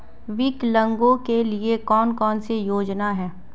विकलांगों के लिए कौन कौनसी योजना है?